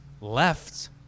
left